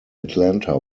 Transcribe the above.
atlanta